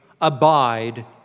Abide